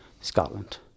Scotland